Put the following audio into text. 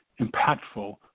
impactful